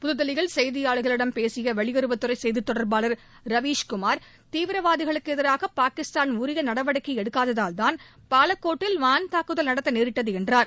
புதுதில்லியில் செய்தியாளர்களிடம் பேசிய வெளியுறவுத்துறை செய்தித் தொடர்பாளர் ரவீஷ் குமார் தீவிரவாதிகளுக்கு எதிராக பாகிஸ்தான் உரிய நடவடிக்கை எடுக்காததால்தான் பாலக்கோட்டில் வான் தாக்குதல் நடத்த நேரிட்டது என்றார்